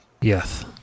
Yes